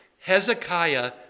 Hezekiah